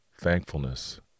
thankfulness